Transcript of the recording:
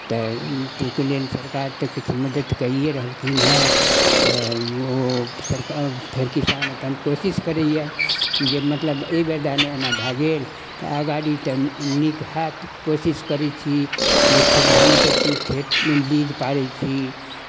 तऽ ताहिके लेल सरकार तऽ किछु मदद कैए रहलखिन हेँ तऽ ओ सरका फेर किसान अपन कोशिश करैए जे मतलब एहिबेर धान नहि एना भए गेल तऽ आगाँ रिटर्न नीक हएत कोशिश करै छी जे खूब ढङ्गसे खेत बीज पाड़ै छी